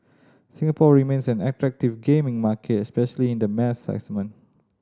Singapore remains an attractive gaming market especially in the mass